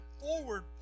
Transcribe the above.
forward